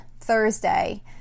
Thursday